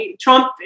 Trump